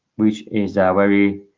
which is very